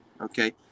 Okay